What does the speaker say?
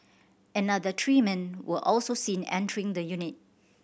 another three men were also seen entering the unit